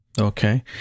Okay